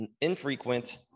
infrequent